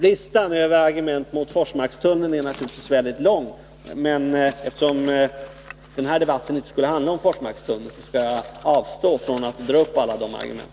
Listan över argument mot Forsmarkstunneln är naturligtvis väldigt lång, men eftersom denna debatt inte skall handla om Forsmarkstunneln, skall jag avstå från att dra upp alla dessa argument.